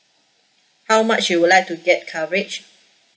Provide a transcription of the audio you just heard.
how much you would like to get coverage